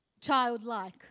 childlike